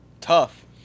Tough